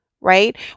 right